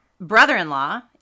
brother-in-law